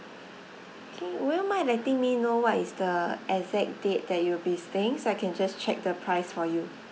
okay would you mind letting me know what is the exact date that you'll be staying so I can just check the price for you